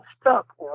stuck